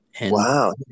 Wow